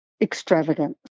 extravagant